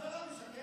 אז המשטרה משקרת.